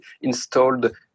installed